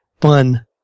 fun